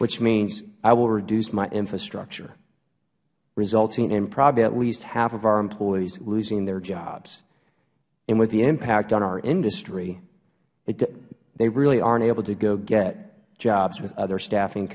which means i will reduce my infrastructure resulting in probably at least half our employees losing their jobs with the impact on our industry they really arent able to go get jobs with other staffing